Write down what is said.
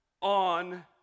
on